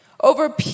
over